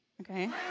okay